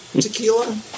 tequila